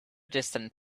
distant